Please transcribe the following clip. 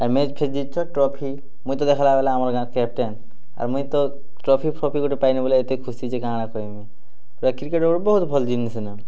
match ଫ୍ୟାଚ୍ ଜିତୁଛ trophy ମୁଇଁ ତ ଦେଖ୍ଲା ବେଲେ ଆମ ଗାଁ କ୍ୟାପଟେନ୍ ଆର ମୁଇଁ ତ ଟ୍ରଫି ଫଫ୍ରି ଗୁଟେ ପାଇଲି ବୋଲେ ଏତେ ଖୁସି ଯେ କାଣା କହିବି ପୁରା କ୍ରିକେଟ୍ ଗୁଟେ ବହୁତ ଭଲ ଜିନିଷ ନ